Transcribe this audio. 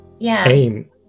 aim